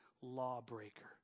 lawbreaker